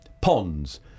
ponds